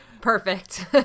Perfect